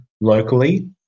locally